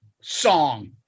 song